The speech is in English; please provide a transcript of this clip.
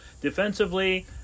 defensively